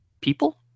people